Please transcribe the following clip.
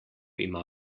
ima